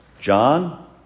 John